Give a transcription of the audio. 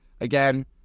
Again